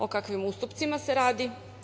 O takvim ustupcima se radi.